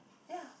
ya